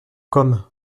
comme